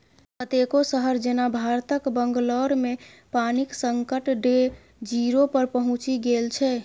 कतेको शहर जेना भारतक बंगलौरमे पानिक संकट डे जीरो पर पहुँचि गेल छै